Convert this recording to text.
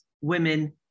women